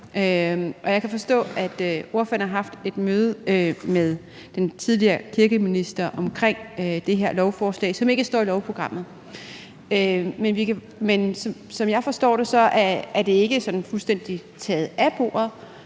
Jeg kan forstå, at ordføreren har haft et møde med den tidligere kirkeminister om det her lovforslag, som ikke står i lovprogrammet. Men som jeg forstår det, er det ikke sådan fuldstændig taget af bordet,